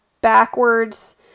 backwards